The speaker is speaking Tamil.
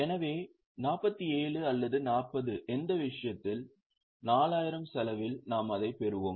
எனவே 47 அல்லது 40 எந்த விஷயத்தில் 4000 செலவில் நாம் அதைப் பெறுவோம்